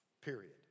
period